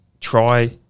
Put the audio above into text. try